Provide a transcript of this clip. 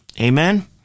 Amen